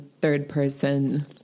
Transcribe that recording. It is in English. third-person